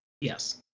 Yes